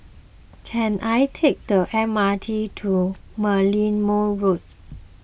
can I take the M R T to Merlimau Road